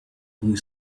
blue